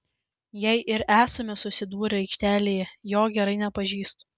jei ir esame susidūrę aikštelėje jo gerai nepažįstu